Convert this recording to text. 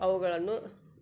ಅವುಗಳನ್ನು